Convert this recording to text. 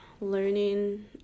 learning